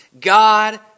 God